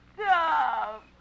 Stop